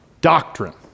doctrine